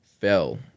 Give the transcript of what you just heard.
fell